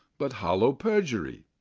but hollow perjury,